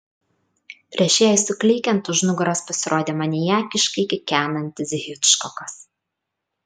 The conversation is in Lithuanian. prieš jai suklykiant už nugaros pasirodė maniakiškai kikenantis hičkokas